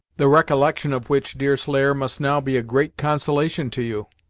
the recollection of which, deerslayer, must now be a great consolation to you.